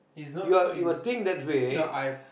you're you will think that way